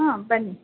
ಹಾಂ ಬನ್ನಿ